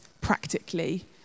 practically